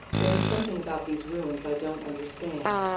there is something about these ruins i don't understand.